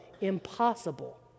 impossible